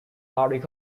hardwick